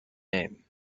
name